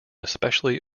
especially